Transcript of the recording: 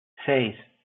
seis